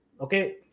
okay